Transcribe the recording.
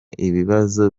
ibibazo